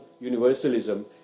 universalism